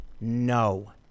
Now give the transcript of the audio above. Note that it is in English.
No